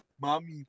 Mommy